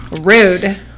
rude